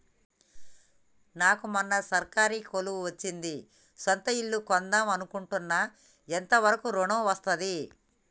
నాకు మొన్న సర్కారీ కొలువు వచ్చింది సొంత ఇల్లు కొన్దాం అనుకుంటున్నా ఎంత వరకు ఋణం వస్తది?